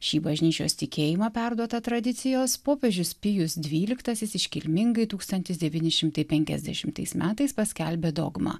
šį bažnyčios tikėjimą perduotą tradicijos popiežius pijus dvyliktasis iškilmingai tūkstantis devyni šimtai penkiasdešimtais metais paskelbė dogma